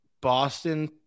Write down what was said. Boston